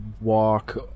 walk